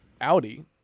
Audi